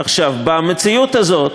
עכשיו, במציאות הזאת,